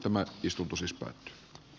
tämä istutusista